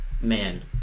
Man